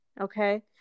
Okay